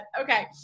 Okay